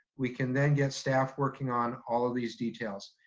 we can then get staff working on all of these details.